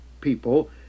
people